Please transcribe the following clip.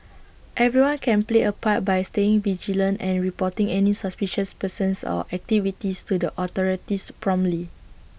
everyone can play A part by staying vigilant and reporting any suspicious persons or activities to the authorities promptly